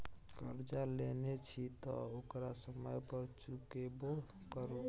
करजा लेने छी तँ ओकरा समय पर चुकेबो करु